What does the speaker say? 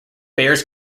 bears